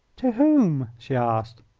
to whom? she asked.